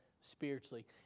spiritually